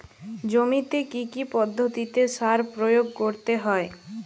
জমিতে কী কী পদ্ধতিতে সার প্রয়োগ করতে হয়?